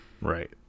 right